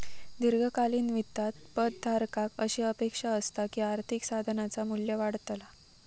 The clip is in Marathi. दीर्घकालीन वित्तात पद धारकाक अशी अपेक्षा असता की आर्थिक साधनाचा मू्ल्य वाढतला